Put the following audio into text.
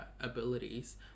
abilities